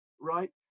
right